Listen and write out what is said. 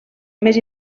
més